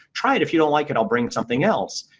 try it. if you don't like it, i'll bring something else.